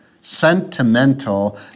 sentimental